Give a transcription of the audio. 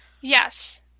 Yes